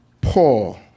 Paul